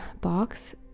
box